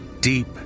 deep